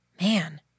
Man